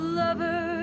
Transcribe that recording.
lover